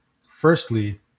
firstly